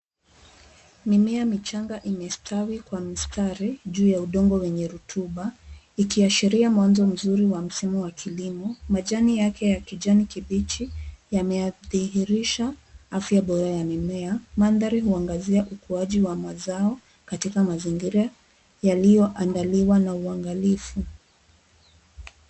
Mimea michanga imestawi kwa mistari juu ya udongo wenye rotuba ukiashiria mwanzo mzuri wa mfumo wa kilimo. Majani yake ya kijani kibichi yanadhihirisha afya bora ya mimea. Mandhari huangazia ukuaji wa mazao katika mazingira yaliyoandaliwa na uangalifu.